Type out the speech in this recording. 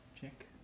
check